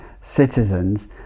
citizens